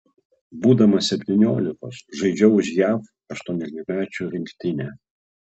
būdamas septyniolikos žaidžiau už jav aštuoniolikmečių rinktinę